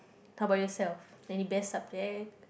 how about yourself any best subject